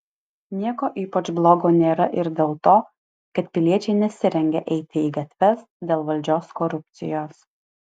nieko ypač blogo nėra ir dėl to kad piliečiai nesirengia eiti į gatves dėl valdžios korupcijos